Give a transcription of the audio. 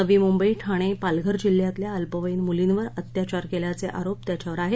नवी मुंबई ठाणे पालघर जिल्ह्यातल्या अल्पवयीन मुलींवर अत्याचार केल्याचे आरोप त्याच्यावर आहेत